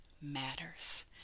matters